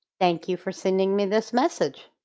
thank you for sending me this message.